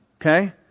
Okay